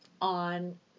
on